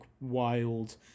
wild